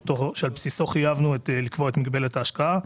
ועל בסיסו חייבנו לקבוע את מגבלת ההשקעה.